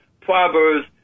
Proverbs